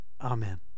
Amen